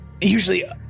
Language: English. usually